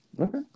Okay